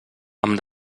amb